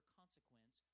consequence